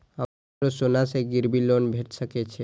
हमरो सोना से गिरबी लोन भेट सके छे?